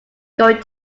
going